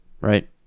Right